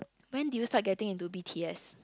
when did you start getting into b_t_s